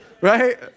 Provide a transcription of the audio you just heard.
Right